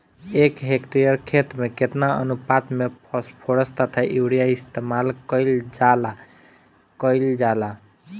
एक हेक्टयर खेत में केतना अनुपात में फासफोरस तथा यूरीया इस्तेमाल कईल जाला कईल जाला?